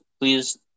please